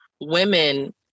women